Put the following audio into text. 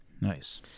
Nice